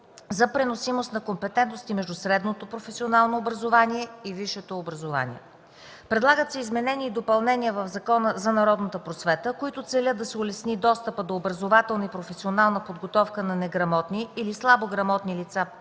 за преносимост на компетентностите между средното професионално образование и висшето образование. Предлагат се изменения и допълнения в Закона за народната просвета, които целят да се улесни достъпът до образователна и професионална подготовка на неграмотни или слабо грамотни лица